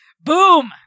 Boom